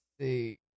see